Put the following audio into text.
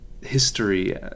history